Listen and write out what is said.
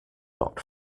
not